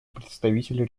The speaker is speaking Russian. представитель